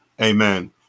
Amen